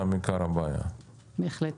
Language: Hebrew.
כן, בהחלט.